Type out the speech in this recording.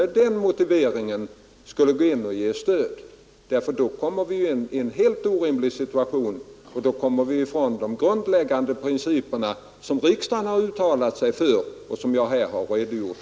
Då kommer vi i en helt orimlig situation, då går vi ifrån de grundläggande principer som riksdagen har uttalat sig för och som jag här har redovisat.